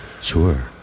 Sure